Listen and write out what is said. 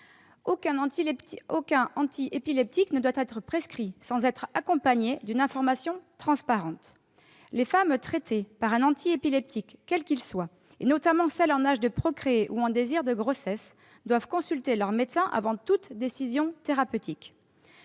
Aucun anti-épileptique ne doit être prescrit sans être accompagné d'une information transparente. Les femmes traitées par un anti-épileptique quel qu'il soit, notamment celles qui sont en âge de procréer ou qui font preuve d'un désir de grossesse, doivent consulter leur médecin avant toute décision thérapeutique.